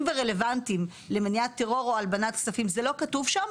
ורלוונטיים למניעת טרור או הלבנת כספים זה לא כתוב שם,